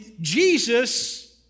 Jesus